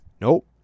Nope